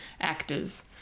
actors